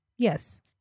Yes